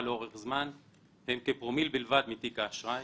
לאורך זמן הם כפרומיל בלבד מתיק האשראי,